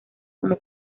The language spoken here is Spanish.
como